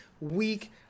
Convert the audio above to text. week